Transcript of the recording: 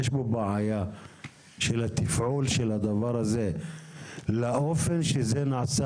יש פה בעיה של התפעול של הדבר הזה באופן שזה נעשה